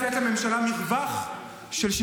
יוראי להב הרצנו (יש עתיד): הכנסת ביקשה לתת לממשלה מרווח של שיקול